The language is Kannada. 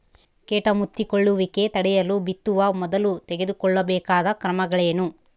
ಕೇಟ ಮುತ್ತಿಕೊಳ್ಳುವಿಕೆ ತಡೆಯಲು ಬಿತ್ತುವ ಮೊದಲು ತೆಗೆದುಕೊಳ್ಳಬೇಕಾದ ಕ್ರಮಗಳೇನು?